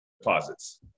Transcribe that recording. deposits